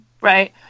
Right